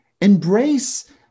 Embrace